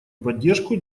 поддержку